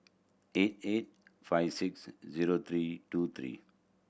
eight eight five six zero three two three